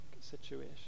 situation